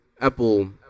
apple